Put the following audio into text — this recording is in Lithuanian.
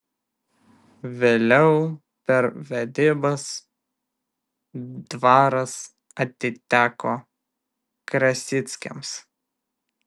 vėliau per vedybas dvaras atiteko krasickiams